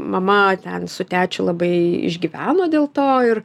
mama ten su tečiu labai išgyveno dėl to ir